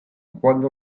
cuando